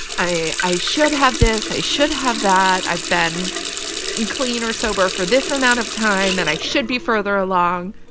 i i should have this, i should have that. i've been clean or sober for this amount of time and i should be further along.